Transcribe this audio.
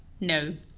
no!